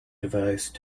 device